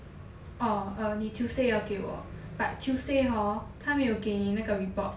orh 你 err tuesday 要给我 but tuesday hor 他没有给你那个 report